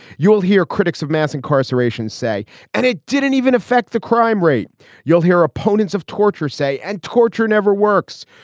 you'll hear critics of mass incarceration say and it didn't even affect the crime rate you'll hear opponents of torture say and torture never works.